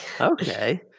Okay